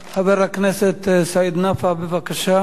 חבר הכנסת סעיד נפאע, בבקשה,